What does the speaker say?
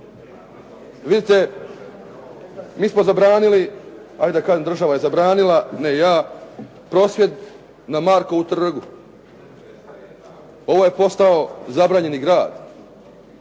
državi. Mi smo zabranili, ajde da kažem država je zabranila a ne ja prosvjed na Markovu trgu. Ovo je postao zabranjeni grad